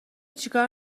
چیکار